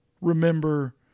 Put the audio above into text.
remember